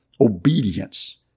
obedience